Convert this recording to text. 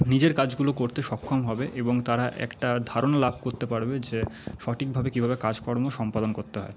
নিজের কাজগুলো করতে সক্ষম হবে এবং তারা একটা ধারণা লাভ করতে পারবে যে সঠিকভাবে কীভাবে কাজকর্ম সম্পাদন করতে হয়